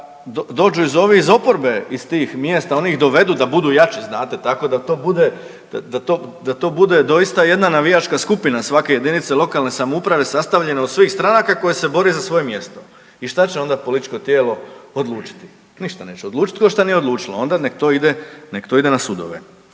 ovi iz oporbe iz tih mjesta, oni ih dovedu da budu jači znate tako da to bude, da to bude doista jedna navijačka skupina svake JLS sastavljena od svojih stranaka koje se bore za svoje mjesto. I šta će onda političko tijelo odlučiti? Ništa neće odlučiti košto nije odlučilo. Onda nek to ide, nek